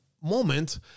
moment